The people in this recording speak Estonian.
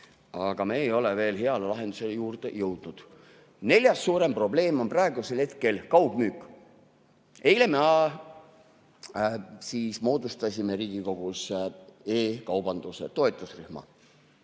aga me ei ole veel hea lahenduseni jõudnud. Neljas suurem probleem praegusel hetkel on kaugmüük. Eile me moodustasime Riigikogus e‑kaubanduse toetusrühma.